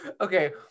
Okay